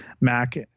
Mac